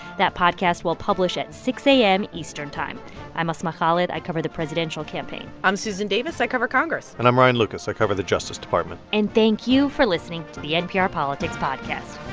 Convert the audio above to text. that podcast will publish at six a m. eastern time i'm asma khalid. i cover the presidential campaign i'm susan davis. i cover congress and i'm ryan lucas. i cover the justice department and thank you for listening to the npr politics podcast